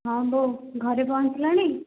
ହଁ ବୋଉ ଘରେ ପହଞ୍ଚିଲଣି